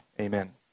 Amen